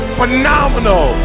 phenomenal